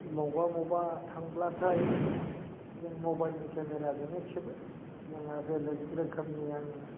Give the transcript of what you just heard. बबावबा बबावबा थांब्लाथाय जों मबाइलनि केमेराजोंनो खेबो जोंहा बेलेग रोखोमनि आं